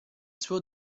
suo